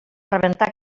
rebentar